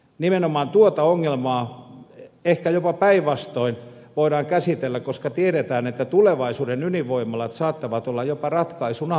nimenomaan tuota ongelmaa ehkä jopa päinvastoin voidaan käsitellä koska tiedetään että tulevaisuuden ydinvoimalat saattavat olla jopa ratkaisun avain